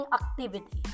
activity